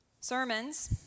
Sermons